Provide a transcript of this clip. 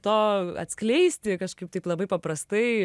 to atskleisti kažkaip taip labai paprastai